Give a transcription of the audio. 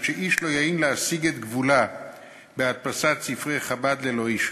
שאיש לא יהין להסיג את גבולה בהדפסת ספרי חב"ד ללא אישור.